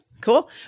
cool